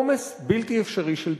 עומס בלתי אפשרי של תיקים,